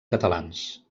catalans